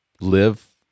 live